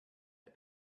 had